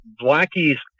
Blackie's